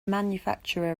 manufacturer